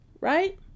right